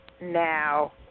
now